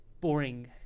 boring